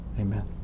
Amen